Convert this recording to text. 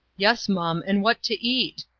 yes, mum. and what to eat?